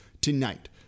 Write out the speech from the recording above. tonight